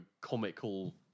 comical